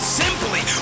simply